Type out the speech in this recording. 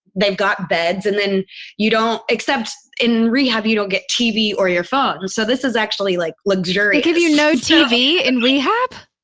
they've got beds and then you don't, except in rehab, you don't get tv or your phone. and so this is actually like luxurious they give you no tv in rehab?